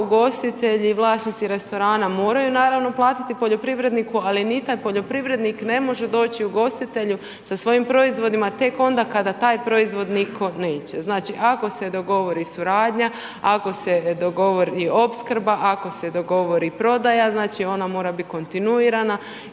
ugostitelji vlasnici restorana moraju naravno platiti poljoprivredniku, ali ni taj poljoprivrednik ne može doći ugostitelju sa svojim proizvodima tek onda kada taj proizvod nitko neće. Znači, ako se dogovori suradnja, ako se dogovori opskrba, ako se dogovori prodaja znači ona mora biti kontinuirana